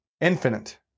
infinite